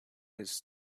his